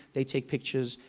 they take pictures,